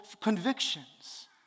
convictions